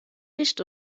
nicht